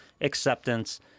acceptance